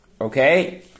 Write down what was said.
Okay